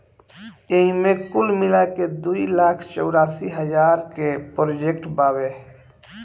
एईमे कुल मिलाके दू लाख चौरासी हज़ार के प्रोजेक्ट बावे